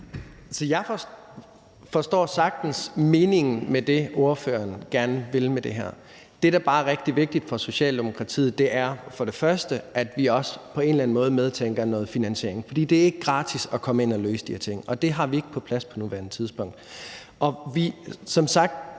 Jeg forstår godt meningen med det, spørgeren gerne vil med det her. Det, der bare er rigtig vigtigt for Socialdemokratiet, er, at vi først og fremmest på en eller anden måde også medtænker noget finansiering, for det er ikke gratis at komme ind og løse de her ting, og det har vi ikke på plads på nuværende tidspunkt. Som sagt